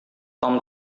tom